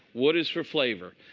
wood is for flavor.